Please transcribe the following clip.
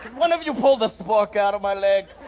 one of you pull the so fork out of my leg.